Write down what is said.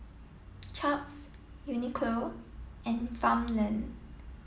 chaps Uniqlo and farmland